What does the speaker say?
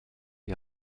die